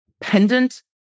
pendant